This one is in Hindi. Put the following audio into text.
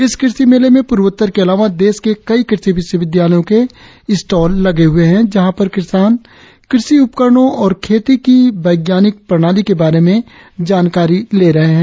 इस कृषि मेले में पूर्वोत्तर के अलावा देश के कई कृषि विश्वविद्यालयों के स्टॉल लगे हुए है जहां पर किसान कृषि उपकरणों और खेती की वैज्ञानिक प्रणाली के बारे में जानकारी ले रहे है